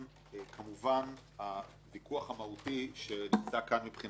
כמובן, הוויכוח המהותי כאן מבחינתנו